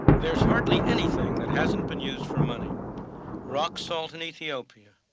there is hardly anything that hasn't been used for money rock salt in ethiopia,